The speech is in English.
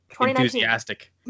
Enthusiastic